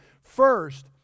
First